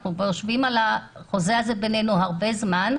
אנחנו יושבים על החוזה הזה בינינו כבר הרבה זמן.